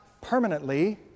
permanently